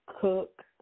cook